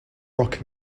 rock